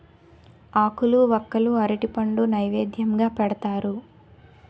ఆకులు వక్కలు అరటిపండు నైవేద్యంగా పెడతారు